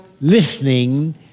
listening